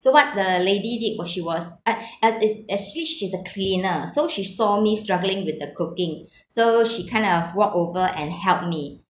so what the lady did was she was uh uh is actually she's a cleaner so she saw me struggling with the cooking so she kind of walked over and helped me